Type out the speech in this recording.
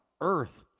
earth